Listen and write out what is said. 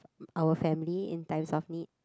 our family in times of need